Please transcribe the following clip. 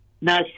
No